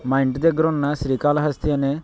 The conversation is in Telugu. మా ఇంటి దగ్గర ఉన్న శ్రీకాళహస్తి అనే